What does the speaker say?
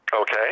Okay